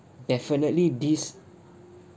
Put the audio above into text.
definitely this